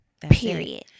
Period